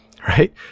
right